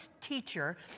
teacher